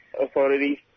authorities